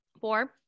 Four